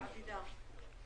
בוקר טוב לציבור,